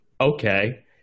okay